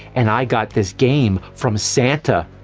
and i got this game from santa.